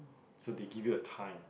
so they give you a time